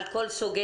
על כל סוגיה,